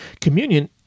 Communion